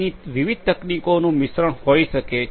ની વિવિધ તકનીકોનું મિશ્રણ હોઈ શકે છે